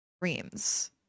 dreams